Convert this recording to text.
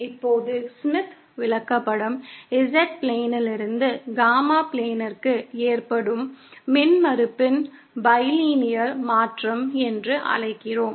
இப்போது ஸ்மித் விளக்கப்படம் Z பிளேனிலிருந்து காமா பிளேனிற்கு ஏற்படும் மின்மறுப்பின் பைலினியர் மாற்றம் என்று அழைக்கிறோம்